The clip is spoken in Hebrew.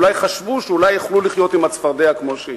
ואולי חשבו שאולי יוכלו לחיות עם הצפרדע כמו שהיא.